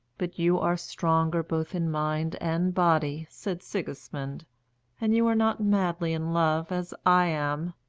but you are stronger both in mind and body, said sigismund and you are not madly in love as i am.